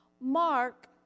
mark